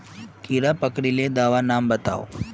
कीड़ा पकरिले दाबा नाम बाताउ?